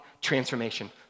transformation